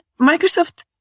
Microsoft